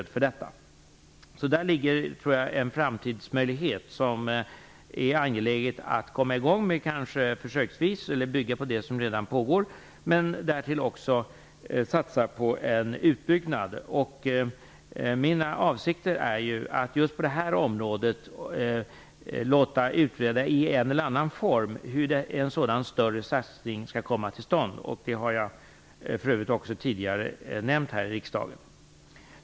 Däri ligger en framtidsmöjlighet, tror jag. Det är angeläget att komma i gång med detta försöksvis eller att bygga på det som redan pågår, men därtill också att satsa på en utbyggnad. Mina avsikter är att i en eller annan form låta utreda hur en sådan större satsning just på detta område skall kunna komma till stånd. Det har jag för övrigt också tidigare nämnt här i riksdagen.